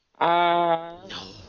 No